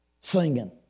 singing